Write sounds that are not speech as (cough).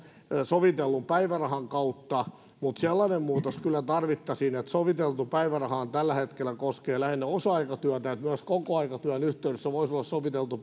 sovitellun päivärahan kautta mutta sellainen muutos kyllä tarvittaisiin kun soviteltu päivärahahan tällä hetkellä koskee lähinnä osa aikatyötä että myös kokoaikatyön yhteydessä voisi olla soviteltu (unintelligible)